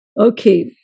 Okay